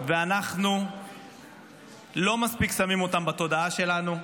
ואנחנו לא מספיק שמים אותם בתודעה שלנו,